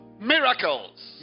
miracles